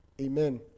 Amen